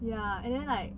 ya and then like